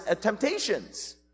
temptations